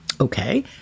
Okay